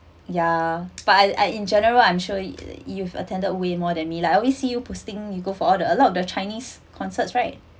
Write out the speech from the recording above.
yeah but I I in general I'm sure you've attended way more than me lah I always see you posting you go for the a lot of the chinese concert right